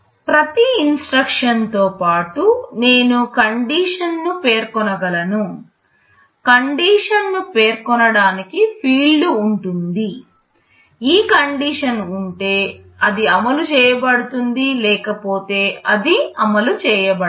ప్రతి ఇన్స్ట్రక్షన్ తో పాటు నేను కండీషన్ ను పేర్కొనగలను కండీషన్ ను పేర్కొనడానికి ఫీల్డ్ ఉంటుంది ఈ కండీషన్ ఉంటే అది అమలు చేయబడుతుంది లేకపోతే అది అమలు చేయబడదు